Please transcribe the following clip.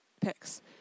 picks